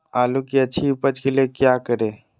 आलू की अच्छी उपज के लिए क्या करें?